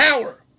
power